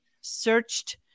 searched